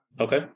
Okay